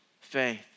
faith